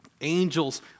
Angels